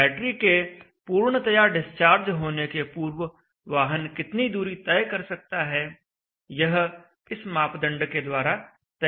battery के पूर्णतया discharge होने के पूर्व वाहन कितनी दूरी तय कर सकता है यह इस मापदंड के द्वारा तय किया जाता है